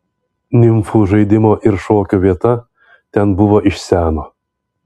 nimfų žaidimo ir šokio vieta ten buvo iš seno